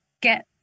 get